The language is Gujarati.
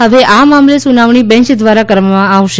હવે આ મામલે સુનાવણી બેંચ દ્વારા કરવામાં આવશે